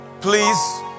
Please